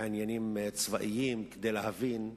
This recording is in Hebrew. לעניינים צבאיים כדי להבין.